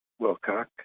Wilcock